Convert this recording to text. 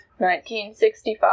1965